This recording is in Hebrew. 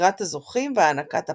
בחירת הזוכים והענקת הפרס.